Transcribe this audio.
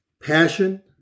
passion